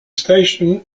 station